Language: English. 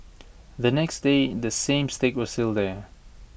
the next day the same stick was still there